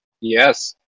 yes